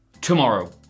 tomorrow